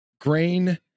grain